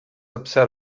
upset